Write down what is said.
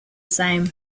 same